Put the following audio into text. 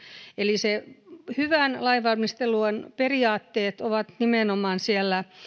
eli ne hyvän lainvalmistelun periaatteet ovat nimenomaan siellä